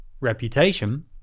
reputation